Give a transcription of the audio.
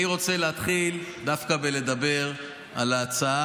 כן, בבקשה.